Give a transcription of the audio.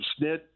Snit